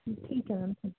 ठीक है मैम ठीक